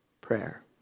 prayer